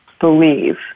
believe